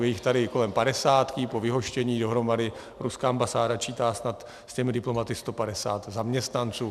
Je jich tady kolem padesátky, po vyhoštění dohromady ruská ambasáda čítá snad s těmi diplomaty 150 zaměstnanců.